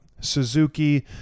Suzuki